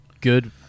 good